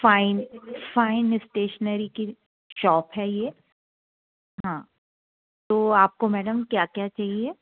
fine fine stationery की shop है यह हाँ तो आपको मैडम क्या क्या चाहिए